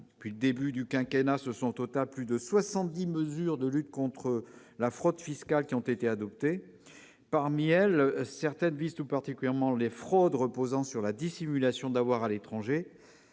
depuis le début du quinquennat, plus de soixante-dix mesures de lutte contre la fraude fiscale ont été adoptées. Certaines d'entre elles visent tout particulièrement les fraudes reposant sur la dissimulation d'avoirs à l'étranger